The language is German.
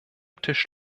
tisch